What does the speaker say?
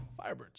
Firebirds